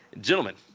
Gentlemen